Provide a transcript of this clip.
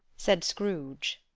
said scrooge.